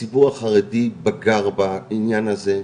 הציבור החרדי בגר בעניין הזה,